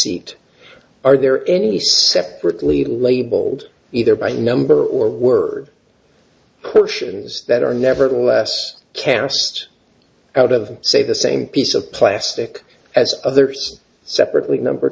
seat are there any separately labeled either by number or words pushes that are nevertheless cast out of say the same piece of plastic as others separately number